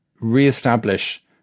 re-establish